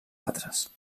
altres